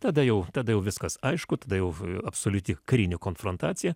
tada jau tada viskas aišku tada jau absoliuti karinė konfrontacija